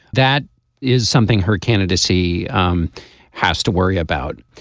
that is something her candidacy um has to worry about.